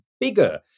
bigger